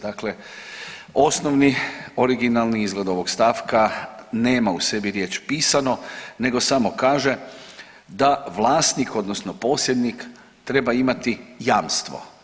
Dakle, osnovni originalni izgled ovog stavka nema u sebi riječ pisano, nego samo kaže da vlasnik odnosno posjednik treba imati jamstvo.